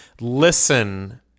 listen